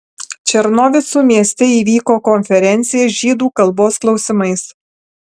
černovicų mieste įvyko konferencija žydų kalbos klausimais